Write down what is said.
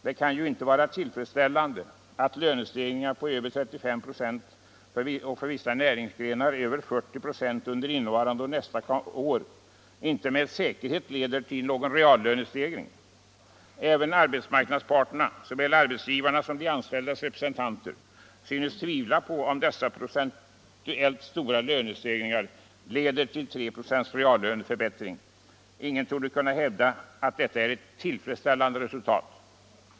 Det kan inte vara tillfredsställande att lönestegringar på över 35 96, och för vissa näringsgrenar på över 40 96, under innevarande och nästkommande år inte med säkerhet leder till någon reallönestegring. Även arbetsmarknadsparterna — såväl arbetsgivarna som de anställdas representanter — synes tvivla på att dessa procentuellt stora lönestegringar leder till 3 96 reallöneförbättring. Ingen torde kunna hävda att detta är ett tillfredsställande resultat.